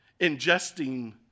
ingesting